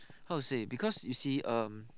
how to say because you see um